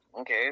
Okay